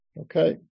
okay